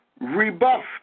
rebuffed